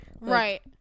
Right